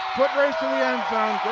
foot race to the end